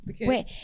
Wait